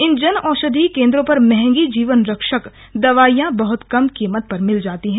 इन जन औशधि केंद्रों पर मंहगी जीवनरक्षक दवाइयां बहुत कम कीमत पर मिल जाती हैं